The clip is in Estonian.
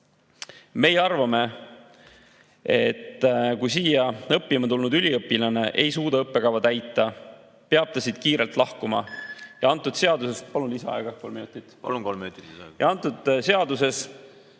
Meie arvame, et kui siia õppima tulnud üliõpilane ei suuda õppekava täita, peab ta siit kiirelt lahkuma. Selles seaduses